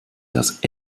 das